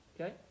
Okay